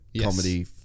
comedy